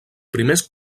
primers